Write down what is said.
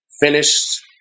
finished